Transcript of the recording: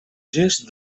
gest